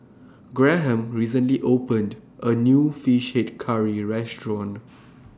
Graham recently opened A New Fish Head Curry Restaurant